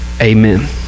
Amen